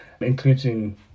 including